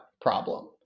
problem